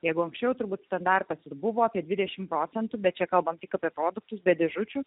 jeigu anksčiau turbūt standartas buvo apie dvidešim procentų bet čia kalbame tik apie produktus be dėžučių